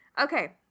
Okay